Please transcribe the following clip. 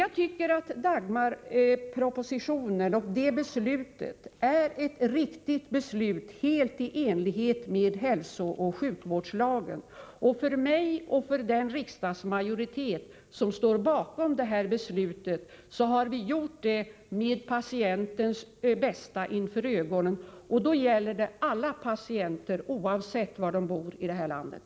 Jag tycker Dagmarpropositionen och beslutet i anledning av den är riktiga och helt i enlighet med hälsooch sjukvårdslagen. Både jag och den riksdagsmajoritet som står bakom detta beslut har haft patienternas bästa för ögonen — och då gäller det alla patienter, oavsett var de bor i landet.